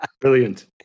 Brilliant